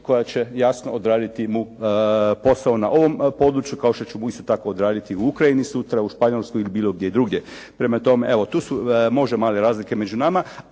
koja će jasno odraditi mu posao na ovom području, kao što će mu isto tako odraditi u Ukrajini sutra, u Španjolskoj ili bilo gdje drugdje. Prema tome, evo tu su možda male razlike među nama,